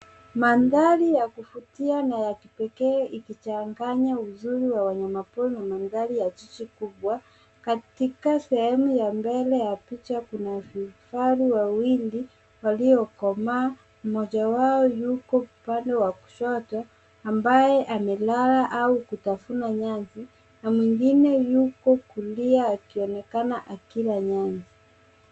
Mandhari ya kuvutia na ya kipekee ikichanganya uzuri wa wanyama pori na mandhari ya jiji kubwa. Katika sehemu ya mbele ya picha kuna vifaru wawili waliokomaa. Mmoja wao yuko upande wa kushoto ambaye amelala au kutafuna nyasi na mwingine yuko kulia akionekana akila nyama.